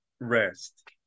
rest